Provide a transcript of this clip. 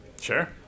sure